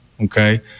okay